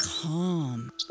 Calm